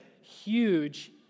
huge